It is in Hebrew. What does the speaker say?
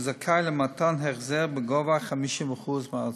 הוא זכאי להחזר בגובה 50% מההוצאות.